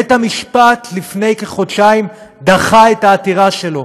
בית המשפט לפני כחודשיים דחה את העתירה שלו,